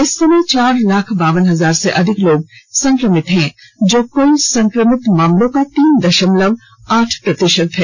इस समय चार लाख बावन हजार से अधिक लोग संक्रमित हैं जो कुल संक्रमित मामलों का तीन दशमलव आठ प्रतिशत है